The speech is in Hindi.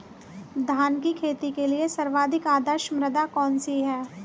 धान की खेती के लिए सर्वाधिक आदर्श मृदा कौन सी है?